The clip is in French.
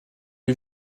est